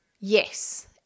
yes